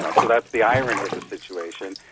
ah so that's the irony of the situation.